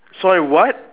sorry what